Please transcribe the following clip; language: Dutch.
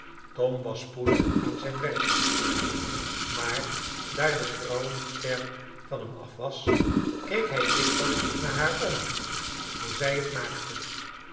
tom was spoedig aan zijn werk maar daar de vrouw niet ver van hem af was keek hij dikwijls naar haar om hoe zij het maakte